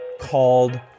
called